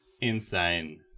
insane